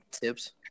tips